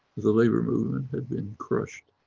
the labour movement had been crushed.